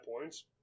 points